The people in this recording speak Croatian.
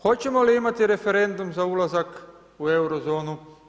Hoćemo li imati referendum za ulaz u Eurozonu?